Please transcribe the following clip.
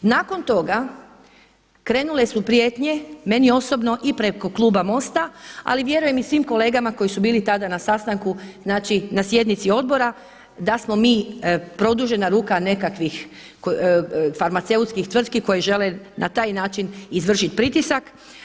Nakon toga krenule su prijetnje meni osobno i preko kluba MOST-a, ali vjerujem i svim kolegama koji su bili tada na sastanku, znači na sjednici odbora, da smo mi produžena ruka nekakvih farmaceutskih tvrtki koje žele na taj način izvršit pritisak.